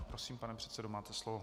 Prosím, pane předsedo, máte slovo.